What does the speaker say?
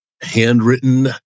handwritten